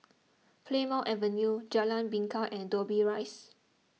Plymouth Avenue Jalan Bingka and Dobbie Rise